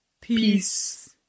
Peace